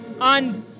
on